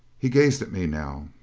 he gazed at me now.